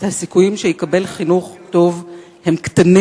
הסיכויים שיקבל חינוך טוב הם קטנים